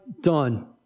done